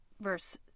verse